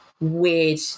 weird